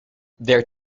their